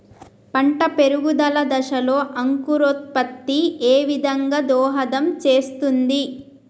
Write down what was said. పంట పెరుగుదల దశలో అంకురోత్ఫత్తి ఏ విధంగా దోహదం చేస్తుంది?